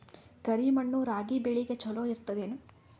ಕರಿ ಮಣ್ಣು ರಾಗಿ ಬೇಳಿಗ ಚಲೋ ಇರ್ತದ ಏನು?